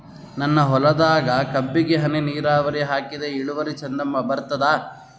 ನನ್ನ ಹೊಲದಾಗ ಕಬ್ಬಿಗಿ ಹನಿ ನಿರಾವರಿಹಾಕಿದೆ ಇಳುವರಿ ಚಂದ ಬರತ್ತಾದ?